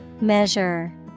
Measure